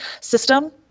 system